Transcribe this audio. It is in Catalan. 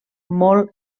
molt